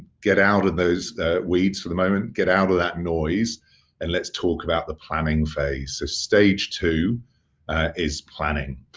get out of those weeds for the moment, get out of that noise and let's talk about the planning phase. the stage two is planning.